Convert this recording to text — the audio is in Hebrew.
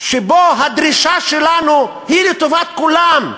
שבו הדרישה שלנו היא לטובת כולם.